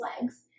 legs